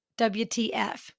WTF